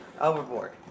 overboard